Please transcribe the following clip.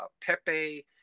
Pepe